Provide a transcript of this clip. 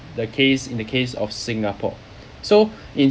the case in the case of singapore so in